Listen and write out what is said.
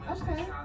Okay